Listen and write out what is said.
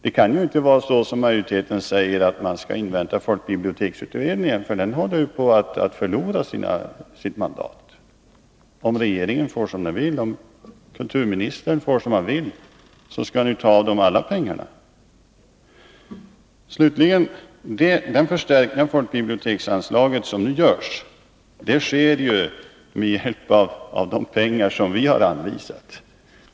Det kan ju inte vara så, som majoriteten säger, att man skall invänta folkbiblioteksutredningen — den håller ju på att förlora sitt mandat. Om kulturministern får som han vill tar han av dem alla pengarna. Den förstärkning av folkbiblioteksanslaget som nu görs, görs med hjälp av de pengar som vi har anvisat.